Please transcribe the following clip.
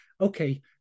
Okay